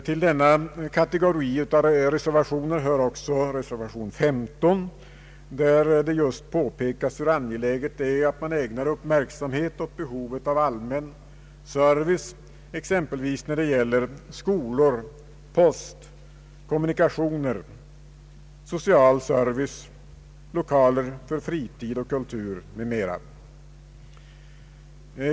Till denna kategori av reservationer hör också reservation 15, där det påpekas hur angeläget det är, att man ägnar uppmärksamhet åt behovet av allmän service, exempelvis när det gäller skolor, post, kommunikationer, social service, lokaler för fritid och kultur m.m.